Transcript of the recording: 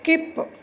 skip